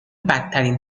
بدترین